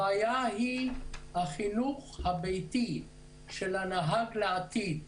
הבעיה היא החינוך הביתי של הנהג לעתיד.